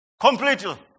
completely